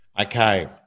Okay